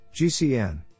GCN